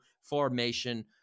formation